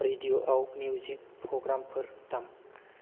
रेडिअआव music प्रग्रामफोर दाम